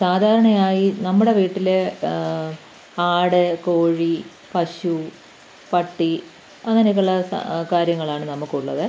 സാധാരണയായി നമ്മുടെ വീട്ടിൽ ആട് കോഴി പശു പട്ടി അങ്ങനെയൊക്കെയുള്ള കാര്യങ്ങളാണ് നമുക്കുള്ളത്